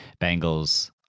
bengals